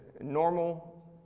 Normal